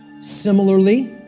Similarly